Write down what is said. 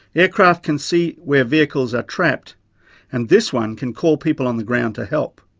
aircraft can see where vehicles are trapped and this one can call people on the ground to help.